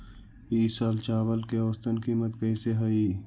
ई साल चावल के औसतन कीमत कैसे हई?